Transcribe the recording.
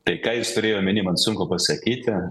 tai ką jis turėjo omeny man sunku pasakyti